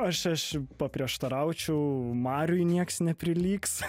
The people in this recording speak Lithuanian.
aš aš paprieštaraučiau mariui nieks neprilygs